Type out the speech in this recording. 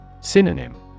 Synonym